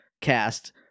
cast